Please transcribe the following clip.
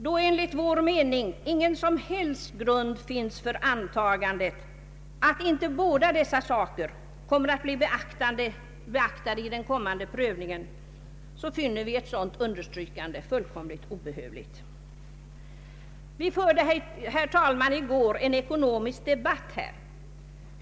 Då enligt vår mening ingen som helst grund finns för antagandet att inte båda dessa saker kommer att bli beaktade vid den kommande prövningen, så finner vi ett sådant understrykande fullkomligt obehövligt. Vi hade, herr talman, i går en ekonomisk debatt här.